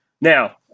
Now